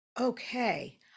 Okay